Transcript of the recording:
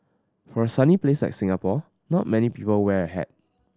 for a sunny place like Singapore not many people wear a hat